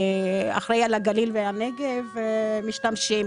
אחראי על הגליל והנגב משתמשים.